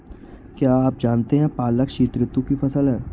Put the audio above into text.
क्या आप जानते है पालक शीतऋतु की फसल है?